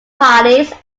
parties